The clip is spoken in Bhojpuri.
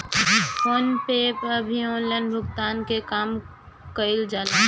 फ़ोन पे पअ भी ऑनलाइन भुगतान के काम कईल जाला